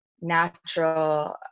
natural